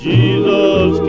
Jesus